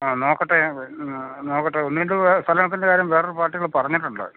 ആ നോക്കട്ടെ ഞാൻ വരൂ നോക്കട്ടെ ഒന്ന് രണ്ട് സ്ഥലത്തിൻ്റെ കാര്യം വേറൊരു പാർട്ട്യോട് പറഞ്ഞിട്ടുണ്ട്